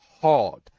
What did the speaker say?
hard